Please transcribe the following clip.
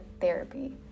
therapy